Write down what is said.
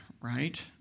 right